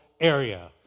area